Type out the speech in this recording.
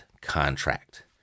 contract